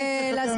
לא: לא לפני.